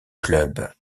club